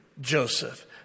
Joseph